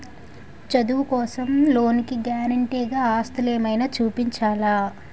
చదువు కోసం లోన్ కి గారంటే గా ఆస్తులు ఏమైనా చూపించాలా?